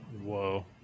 Whoa